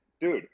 dude